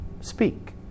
speak